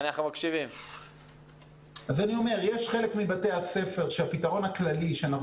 יש חלק מבתי הספר שהפתרון הכללי שאנחנו